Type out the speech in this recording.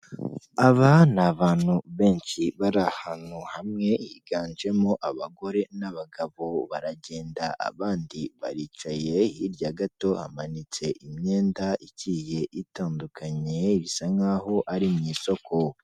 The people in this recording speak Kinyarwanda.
Aba ni abantu benshi bari ahantu hamwe higanjemo abagore n'abagabo baragenda abandi baricaye, hirya gato hamanitse imyenda igiye itandukanye bisa nk'aho ari mu isoko.